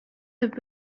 have